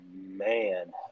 man